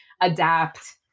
adapt